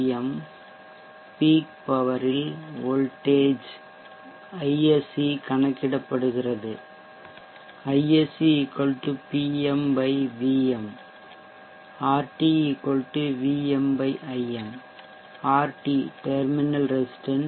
M peak பவரில் voltage Im கணக்கிடப்படுகிறது PmVm RT VmIm RT terminal resistance